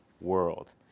world